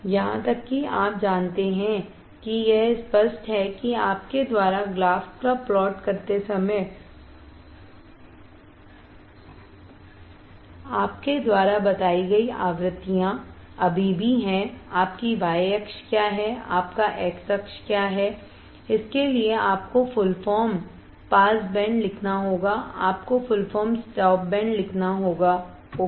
यहां तक कि आप जानते हैं कि यह स्पष्ट है कि आपके द्वारा ग्राफ का प्लॉट करते समय आपके द्वारा बताई गई आवृत्तियां अभी भी हैं आपकी y अक्ष क्या है आपका X अक्ष क्या है इसके लिए आपको फुल फॉर्म पास बैंड लिखना होगा आपको फुल फॉर्म स्टॉप बैंड लिखना होगाओके